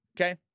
okay